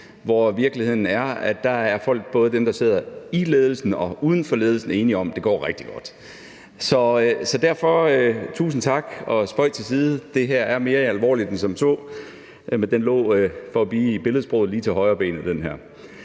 hvor virkeligheden er den, at der er folk, både dem, der sidder i ledelsen, og dem, der sidder uden for ledelsen, der er enige om, at det går rigtig godt. Så derfor: Tusind tak. Spøg til side, det her er mere alvorligt end som så, men den lå, for at blive i billedsproget, lige til højrebenet. Tak for